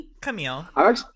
Camille